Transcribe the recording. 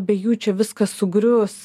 be jų čia viskas sugrius